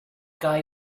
guy